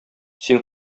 син